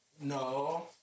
No